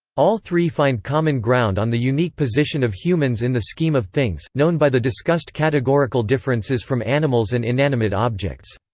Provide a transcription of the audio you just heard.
all three find common ground on the unique position of humans in the scheme of things, known by the discussed categorical differences from animals and inanimate objects.